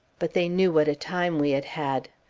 but they knew what a time we had had.